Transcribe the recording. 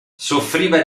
soffriva